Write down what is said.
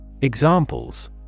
Examples